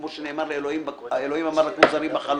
כמו שנאמר לאלוהים אלוהים אמר: --- בחלום.